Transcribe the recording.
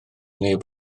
neb